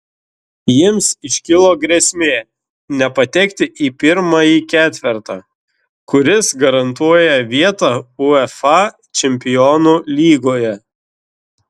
jiems iškilo grėsmė nepatekti į pirmąjį ketvertą kuris garantuoja vietą uefa čempionų lygoje